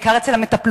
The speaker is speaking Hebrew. בעיקר אצל המטפלות,